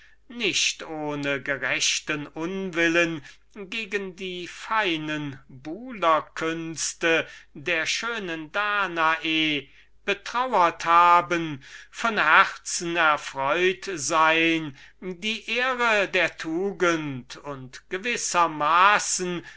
nicht ohne gerechten unwillen gegen die feine buhler künste der schönen danae betraurt haben von herzen erfreut sein die ehre der tugend und